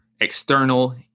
external